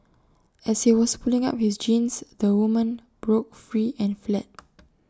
as he was pulling up his jeans the woman broke free and fled